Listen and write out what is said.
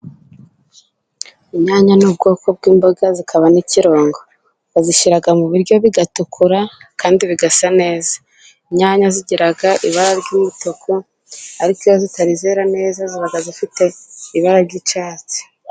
Inyanya ni ubwoko bw'imboga zikaba n'ikirungo; bazishyira mu biryo bigatukura kandi bigasa neza, inyanya zigira ibara ry'umutuku, ariko iyo zitari zera neza ziba zifite ibara ry'icyatsi.